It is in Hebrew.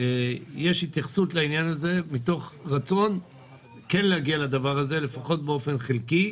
יש התייחסות לעניין הזה מתוך רצון להגיע לדבר הזה לפחות באופן חלקי.